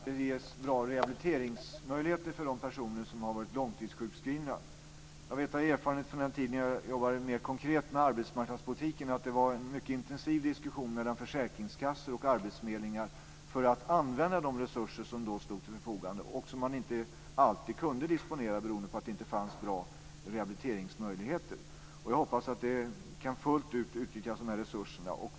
Herr talman! Jag kan dela Lena Eks oro när det gäller sjukförsäkringskostnader. Jag är också mycket väl medveten om att det är viktigt att det ges bra rehabiliteringsmöjligheter för de personer som har varit långtidssjukskrivna. Jag vet av erfarenhet från den tid då jag jobbade mer konkret med arbetsmarknadspolitiken att det var en mycket intensiv diskussion mellan försäkringskassor och arbetsförmedlingar om de resurser som stod till förfogande och som man inte alltid kunde disponera beroende på att det inte fanns bra rehabiliteringsmöjligheter. Jag hoppas att vi kan utnyttja de här resurserna fullt ut.